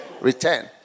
Return